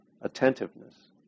attentiveness